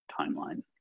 timeline